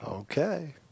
Okay